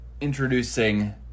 introducing